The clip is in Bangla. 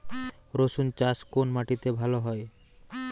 রুসুন চাষ কোন মাটিতে ভালো হয়?